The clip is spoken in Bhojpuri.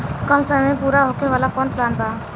कम समय में पूरा होखे वाला कवन प्लान बा?